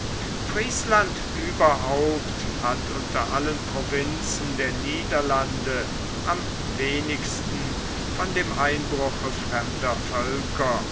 friesland überhaupt hat unter allen provinzen der niederlande am wenigsten von dem einbruche fremder völker